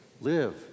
live